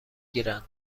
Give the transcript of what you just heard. گیرند